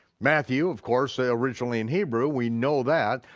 matthew of course ah originally in hebrew, we know that.